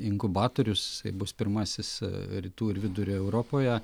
inkubatorius bus pirmasis rytų ir vidurio europoje